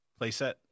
playset